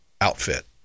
outfit